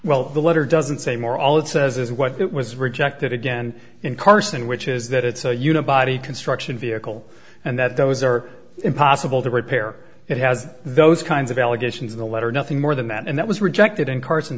well the letter doesn't say more all it says is what it was rejected again in carson which is that it's a human body construction vehicle and that those are impossible to repair it has those kinds of allegations in the letter nothing more than that and that was rejected in cars